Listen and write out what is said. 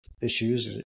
Issues